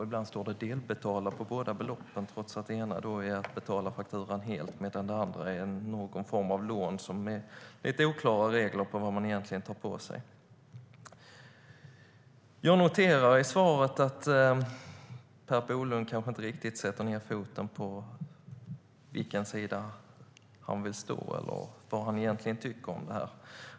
Ibland står det delbetalning på båda beloppen, trots att det ena beloppet är betalning av hela fakturabeloppet medan det andra är någon form av lån med lite oklara regler om vad man egentligen tar på sig. Jag noterar i svaret att Per Bolund inte riktigt sätter ned foten och säger vad han egentligen tycker om det här.